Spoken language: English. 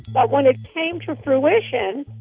but when it came to fruition,